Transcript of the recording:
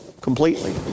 completely